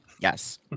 Yes